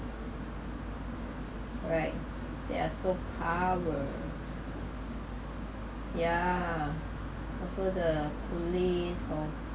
right they are so power yeah also the police or